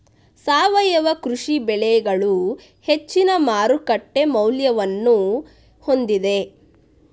ಸಾವಯವ ಕೃಷಿ ಬೆಳೆಗಳು ಹೆಚ್ಚಿನ ಮಾರುಕಟ್ಟೆ ಮೌಲ್ಯವನ್ನು ಹೊಂದಿದೆ